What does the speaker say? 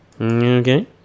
Okay